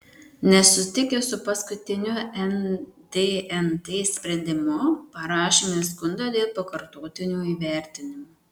nesutikę su paskutiniu ndnt sprendimu parašėme skundą dėl pakartotinio įvertinimo